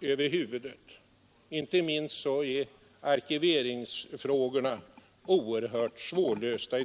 över huvudet. Inte minst arkiveringsfrågorna är i det fallet svårlösta.